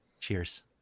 cheers